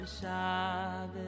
Shabbos